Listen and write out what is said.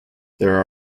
there